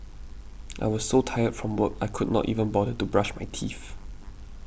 I was so tired from work I could not even bother to brush my teeth